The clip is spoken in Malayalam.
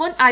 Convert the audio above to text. മുൻ ഐ